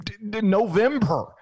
November